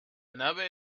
nave